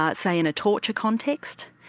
but say in a torture context,